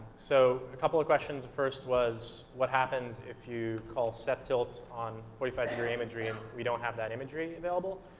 so a couple of questions. the first was what happens if you call set tilt on forty five degree imagery and we don't have that imagery available.